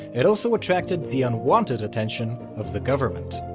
it also attracted the unwanted attention of the government.